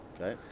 okay